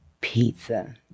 Pizza